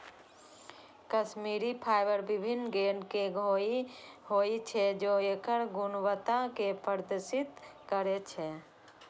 Kashmiri fibre विभिन्न grade के होइ छै, जे एकर गुणवत्ता कें प्रदर्शित करै छै